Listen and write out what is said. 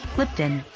lipton